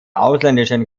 ausländischen